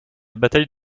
bataille